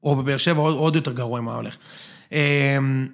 או בבאר שבע, עוד יותר גרוע אם היה הולך.